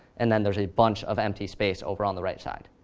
and then there's a bunch of empty space over on the right side.